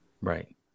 Right